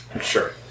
Sure